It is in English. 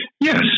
Yes